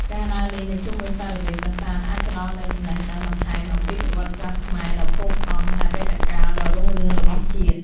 ការដើរលេងនៅជុំវិញបរិវេណប្រាសាទអាចផ្តល់នូវចំណេះដឹងបន្ថែមអំពីប្រវត្តិសាស្ត្រខ្មែរដ៏ផូរផង់និងអតីតកាលដ៏រុងរឿងរបស់ជាតិ។